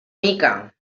mica